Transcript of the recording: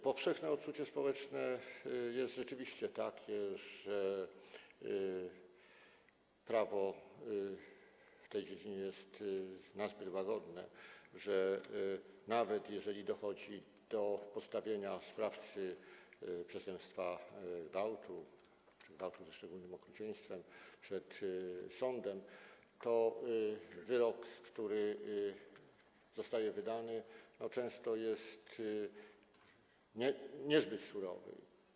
Powszechne odczucie społeczne jest rzeczywiście takie, że prawo w tej dziedzinie jest nazbyt łagodne, że nawet jeżeli dochodzi do postawienia sprawcy przestępstwa gwałtu czy gwałtu ze szczególnym okrucieństwem przed sądem, to wyrok, który zostaje wydany, często jest niezbyt surowy.